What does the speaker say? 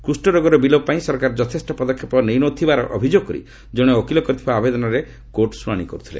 କୁଷ୍ଠରୋଗର ବିଲୋପ ପାଇଁ ସରକାର ଯଥେଷ୍ଟ ପଦକ୍ଷେପ ନେଉ ନ ଥିବାର ଅଭିଯୋଗ କରି କଣେ ଓକିଲ କରିଥିବା ଆବେଦନର କୋର୍ଟ ଶୁଣାଣି କରୁଥିଲେ